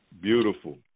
Beautiful